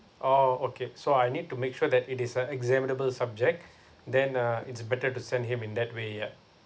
oh okay so I need to make sure that it is a examinable subject then uh it's better to send him in that way yup